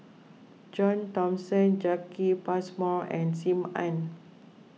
John Thomson Jacki Passmore and Sim Ann